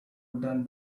wooden